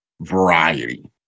variety